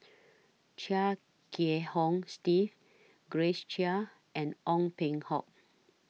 Chia Kiah Hong Steve Grace Chia and Ong Peng Hock